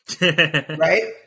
Right